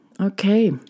okay